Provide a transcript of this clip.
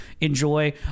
enjoy